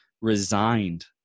resigned